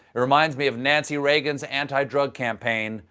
reminded me of nancy reagan's antidrug campaign,